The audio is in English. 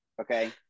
okay